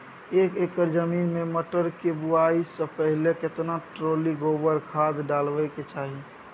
एक एकर जमीन में मटर के बुआई स पहिले केतना ट्रॉली गोबर खाद डालबै के चाही?